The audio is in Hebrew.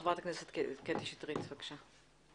חברת הכנסת קטי שטרית, בבקשה.